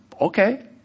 okay